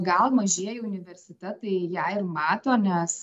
gal mažieji universitetai ją ir mato nes